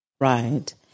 Right